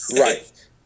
right